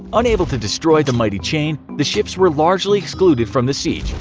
unable to destroy the mighty chain, the ships were largely excluded from the siege,